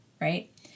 Right